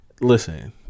listen